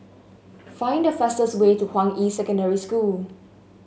find the fastest way to Hua Yi Secondary School